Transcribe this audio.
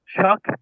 Chuck